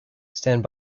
stand